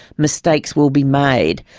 mistakes will be made.